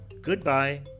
Goodbye